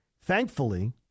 thankfully